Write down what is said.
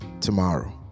tomorrow